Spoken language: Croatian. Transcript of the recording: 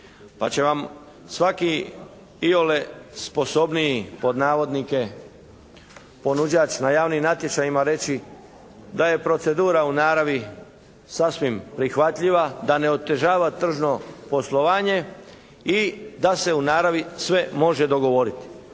pa će vam svaki iole sposobniji, pod navodnike, ponuđač na javnim natječajima reći da je procedura u naravi sasvim prihvatljiva. Da ne otežava tržno poslovanje i da se u naravi sve može dogovoriti.